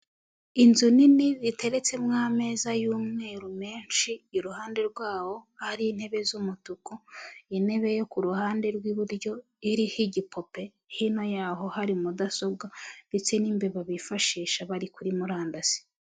Inzu nini ziteretse mo ameza y'umweru menshi, iruhande rwaho hari intebe z'umutuku, intebe yo ku ruhande rw'iburyo iriho igipope hino yaho hari mudasobwa ndetse n'imbeba bifashisha bari kuri murandasi.